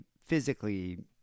physically